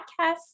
podcast